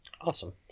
Awesome